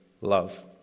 love